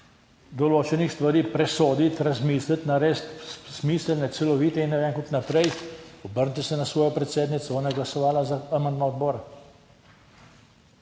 določenih stvari presoditi, razmisliti, narediti smiselne, celovite in ne vem kako naprej, obrnite se na svojo predsednico, ona je glasovala za amandma odbora,